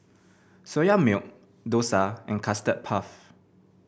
Soya Milk dosa and Custard Puff